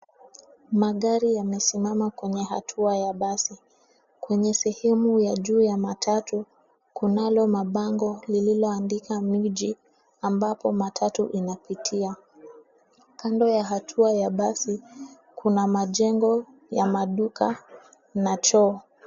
Magari yamesimama kwenye hatua ya basi. Kwenye sehemu ya juu ya matatu, kunalo mabango lililoandika mji; ambapo matatu inapitia. Kando ya hatua ya basi, kuna majengo ya maduka na choo.